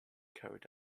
carried